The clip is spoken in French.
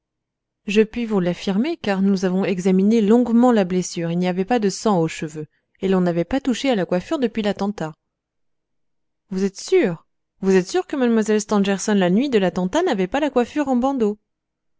je puis vous l'affirmer car nous avons examiné longuement la blessure il n'y avait pas de sang aux cheveux et l'on n'avait pas touché à la coiffure depuis l'attentat vous êtes sûr vous êtes sûr que mlle stangerson la nuit de l'attentat n'avait pas la coiffure en bandeaux